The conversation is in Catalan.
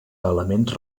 elements